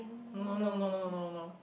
no no no no no no no